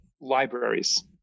libraries